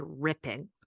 dripping